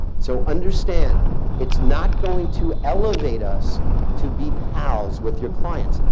so understand it's not going to elevate us to be pals with your clients.